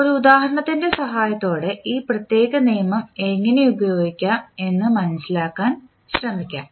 ഒരു ഉദാഹരണത്തിൻറെ സഹായത്തോടെ ഈ പ്രത്യേക നിയമം എങ്ങനെ ഉപയോഗിക്കാം എന്ന് മനസിലാക്കാൻ ശ്രമിക്കാം